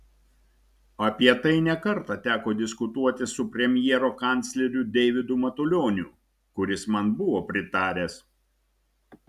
apie tai ne kartą teko diskutuoti su premjero kancleriu deividu matulioniu kuris man buvo pritaręs